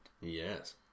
Yes